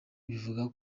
bivuga